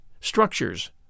structures